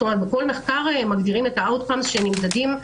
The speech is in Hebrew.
בכל מחקר מגדירים את ה- outcomesשנמדדים,